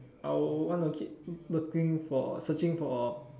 I'll want to keep looking for searching for